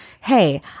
Hey